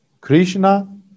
Krishna